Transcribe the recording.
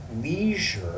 leisure